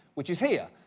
which is here.